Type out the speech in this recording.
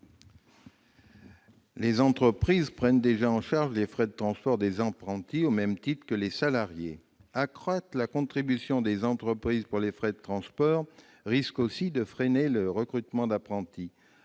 Les entreprises prennent déjà en charge les frais de transport des apprentis, au même titre que ceux des salariés. Accroître la contribution des entreprises au financement des frais de transport risque de freiner le recrutement d'apprentis.